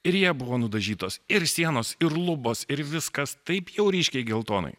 ir ja buvo nudažytos ir sienos ir lubos ir viskas taip jau ryškiai geltonai